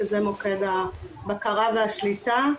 שזה מוקד הבקרה והשליטה.